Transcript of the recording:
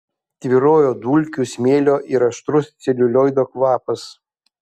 tvyrojo dulkių smėlio ir aštrus celiulioido kvapas